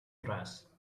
dress